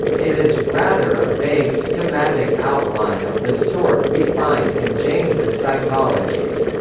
it is, rather a vague schematic outline of the sort we find in james's psychology.